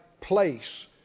place